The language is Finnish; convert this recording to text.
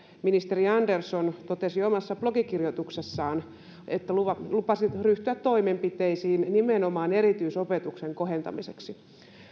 ministeri andersson lupasi omassa blogikirjoituksessaan ryhtyä toimenpiteisiin nimenomaan erityisopetuksen kohentamiseksi